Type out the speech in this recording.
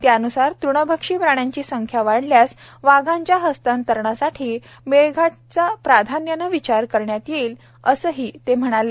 त्यान्सार तृणभक्षी प्राण्यांची संख्या वाढल्यास वाघांच्या हस्तांतरणासाठी मेळघाटचा प्राधान्याने विचार करण्यात येईल असेही ते म्हणाले